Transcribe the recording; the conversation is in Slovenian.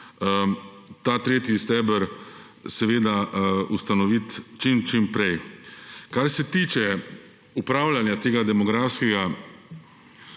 ta tretji steber ustanoviti čim čim prej. Kar se tiče upravljanja tega demografskega